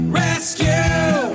rescue